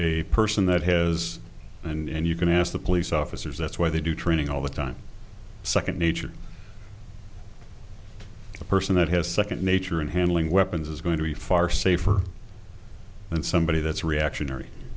a person that has and you can ask the police officers that's why they do training all the time second nature the person that has second nature in handling weapons is going to be far safer and somebody that's reactionary